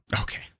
Okay